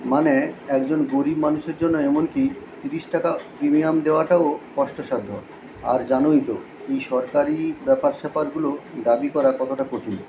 মানে একজন গরীব মানুষের জন্য এমনকি তিরিশ টাকা প্রিমিয়াম দেওয়াটাও কষ্টসাধ্য আর জানোই তো এই সরকারি ব্যাপার স্যাপারগুলো দাবি করা কতটা কঠিন